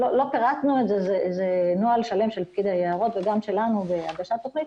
לא פירטנו את זה אבל זה נוהל שלם של פקיד היערות וגם שלנו בהגשת תוכנית.